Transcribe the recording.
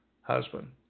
husband